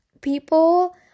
people